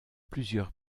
plusieurs